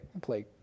play